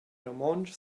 romontsch